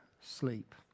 sleep